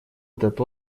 этот